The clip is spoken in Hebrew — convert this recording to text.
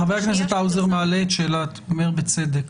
האוזר אומר בצדק,